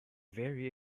very